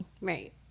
Right